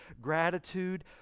Gratitude